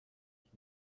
sich